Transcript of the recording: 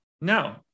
No